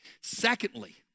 Secondly